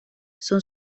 son